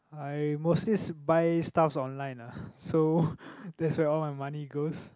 I mostly buy stuff online lah so that's where all my money goes